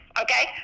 okay